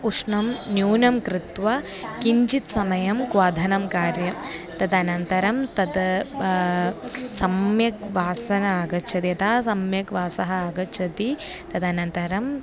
उष्णं न्यूनं कृत्वा किञ्चित् समयं क्वथनं कार्यं तदनन्तरं तद् सम्यक् वासना आगच्छति यदा सम्यक् वासः आगच्छति तदनन्तरम्